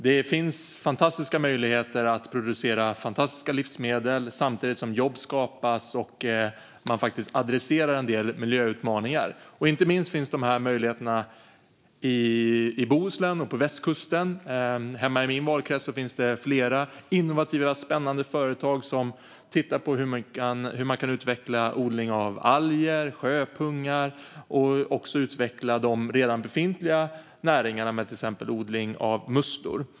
Det finns fantastiska möjligheter att producera fantastiska livsmedel samtidigt som jobb skapas och man adresserar en del miljöutmaningar. Inte minst finns dessa möjligheter i Bohuslän och på västkusten. Hemma i min valkrets finns flera innovativa och spännande företag som tittar på hur man kan utveckla odling av till exempel alger och sjöpungar och också utveckla redan befintliga näringar med exempelvis odling av musslor.